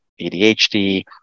ADHD